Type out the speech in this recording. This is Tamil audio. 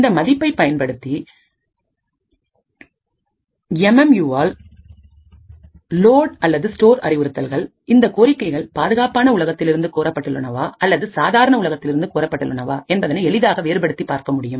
இந்த மதிப்பை பயன்படுத்தி எம் எம் யுவால் லோட் அல்லது ஸ்டோர் அறிவுறுத்தல்கள்இந்தக் கோரிக்கைகள் பாதுகாப்பான உலகத்திலிருந்து கோரப்பட்டுள்ளனவா அல்லது சாதாரண உலகத்திலிருந்து கோரப்பட்டுள்ளனவா என்பதை எளிதாக வேறுபடுத்தி பார்க்க முடியும்